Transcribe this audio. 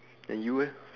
then you eh